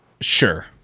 Sure